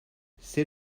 c’est